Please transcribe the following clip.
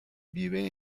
vive